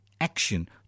action